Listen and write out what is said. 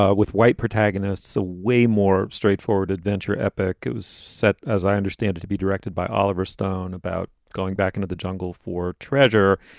ah with white protagonists, a way more straightforward adventure, epic. it was set, as i understand it, to be directed by oliver stone about going back into the jungle for treasure.